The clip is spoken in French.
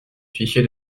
fichier